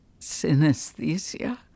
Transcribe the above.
synesthesia